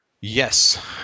Yes